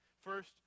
First